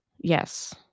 Yes